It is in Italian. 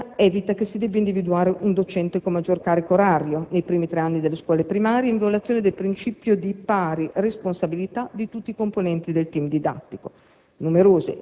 Tale scelta evita che si debba individuare un docente con maggior carico orario nei primi tre anni delle scuole primarie, in violazione del principio di pari responsabilità di tutti i componenti del *team* didattico.